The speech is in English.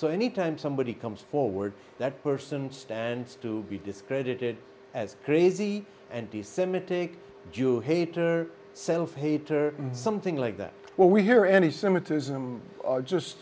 so any time somebody comes forward that person stands to be discredited as crazy and disseminating jew hater self hate or something like that what we hear any semitism are just